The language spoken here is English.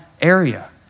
area